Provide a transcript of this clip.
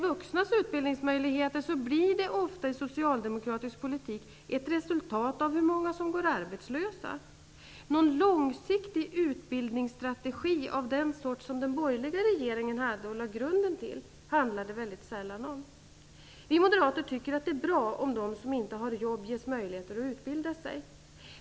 Vuxnas utbildningsmöjligheter blir ofta i socialdemokratisk politik ett resultat av hur många som går arbetslösa. Någon långsiktig utbildningsstrategi av den sort som den borgerliga regeringen hade och lade grunden till handlar det väldigt sällan om. Vi moderater tycker att det är bra om de som inte har jobb ges möjligheter att utbilda sig.